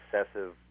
excessive